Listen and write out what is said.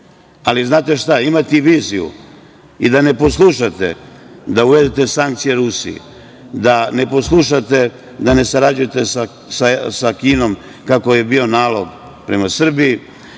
nekom. Znate šta, imati viziju i da ne poslušate da uvedete sankcije Rusiji, da ne poslušate da ne sarađujete sa Kinom, kako je bio nalog prema Srbiji…